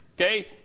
Okay